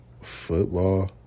football